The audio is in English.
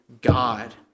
God